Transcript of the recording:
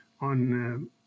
on